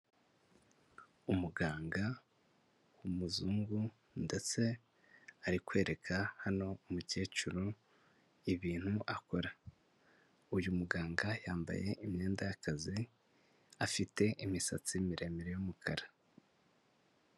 Umuganga w'umuzungu ndetse ari kwereka hano umukecuru ibintu akora, uyu muganga yambaye imyenda y'akazi afite imisatsi miremire y'umukara.